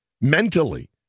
mentally